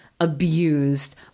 abused